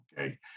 okay